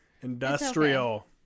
Industrial